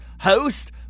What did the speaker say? host